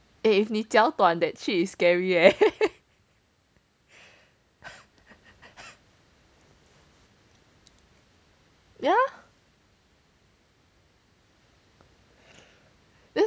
eh if 你脚短 that shit scary eh yeah